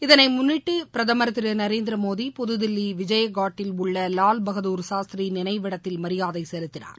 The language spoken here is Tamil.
இதனை முன்னிட்டு பிரதம் திரு நரேந்திர மோடி புதுதில்லி விஜயகாட்டில் உள்ள அன்னாரது நினைவிடத்தில் மரியாதை செலுத்தினார்